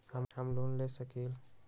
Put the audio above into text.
हम लोन ले सकील?